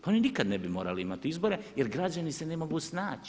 Pa oni nikad ne bi morali imati izbore jer građani se ne mogu snaći.